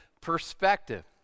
perspective